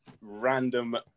random